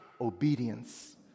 obedience